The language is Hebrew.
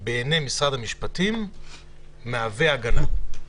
בעיני משרד המשפטים מהווה הגנה?